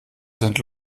sind